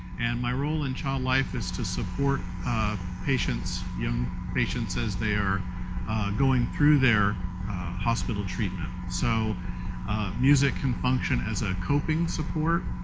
and my role in child life is to support patients, young patients, as they're going through their hospital treatment. so music can function as a coping support.